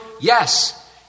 Yes